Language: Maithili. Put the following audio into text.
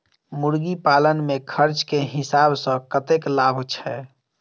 मुर्गी पालन मे खर्च केँ हिसाब सऽ कतेक लाभ छैय?